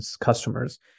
customers